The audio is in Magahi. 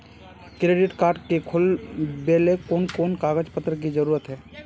क्रेडिट कार्ड के खुलावेले कोन कोन कागज पत्र की जरूरत है?